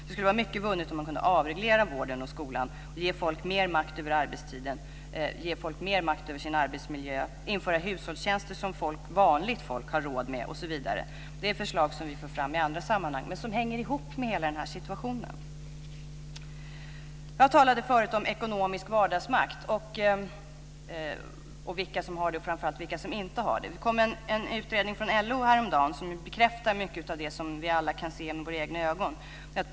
Det skulle vara mycket vunnet om det gick att avreglera vården och skolan, ge folk mer makt över arbetstiden, ge folk mer makt över sin arbetsmiljö, införa hushållstjänster som vanligt folk har råd med osv. Det är förslag som vi för fram i andra sammanhang men som hänger ihop med hela situationen. Jag talade förut om vilka som har och framför allt inte har ekonomisk vardagsmakt. Det kom en utredning från LO häromdagen som bekräftar mycket av det som vi alla kan se med våra egna ögon.